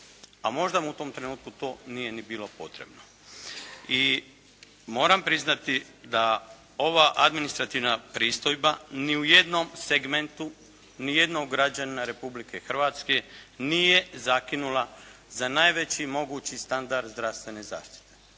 a možda mu to u tom trenutku to nije ni bilo potrebno. I moram priznati da ova administrativna pristojba ni u jednom segmentu ni jednog građanina Republike Hrvatske nije zakinula za najveći mogući standard zdravstvene zaštite.